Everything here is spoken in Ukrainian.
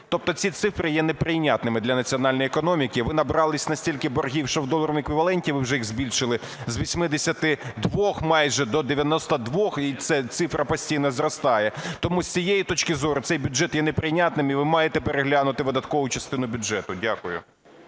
Тобто ці цифри є неприйнятними для національної економіки. Ви набрались стільки боргів, що в доларовому еквіваленті ви вже їх збільшили з 82 майже до 92, і ця цифра постійно зростає. Тому з цієї точки зору цей бюджет є неприйнятним і ви маєте переглянути видаткову частину бюджету. Дякую.